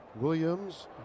Williams